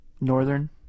Northern